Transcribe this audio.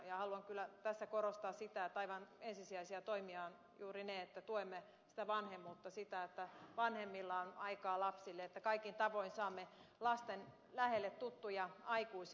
haluan kyllä tässä korostaa sitä että aivan ensisijaisia toimia ovat juuri ne että tuemme vanhemmuutta sitä että vanhemmilla on aikaa lapsille että kaikin tavoin saamme lasten lähelle tuttuja aikuisia